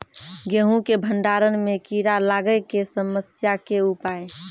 गेहूँ के भंडारण मे कीड़ा लागय के समस्या के उपाय?